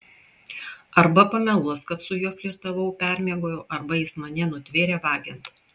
arba pameluos kad su juo flirtavau permiegojau arba jis mane nutvėrė vagiant